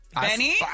Benny